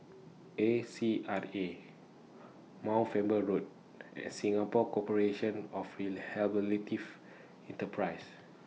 A C R A Mount Faber Road and Singapore Corporation of Enterprises